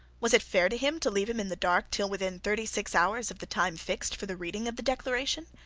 was it fair to him to leave him in the dark till within thirty-six hours of the time fixed for the reading of the declaration?